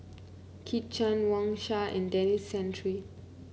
Kit Chan Wang Sha and Denis Santry